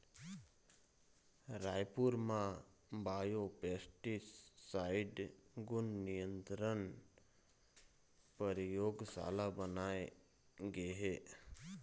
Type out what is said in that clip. रायपुर म बायोपेस्टिसाइड गुन नियंत्रन परयोगसाला बनाए गे हे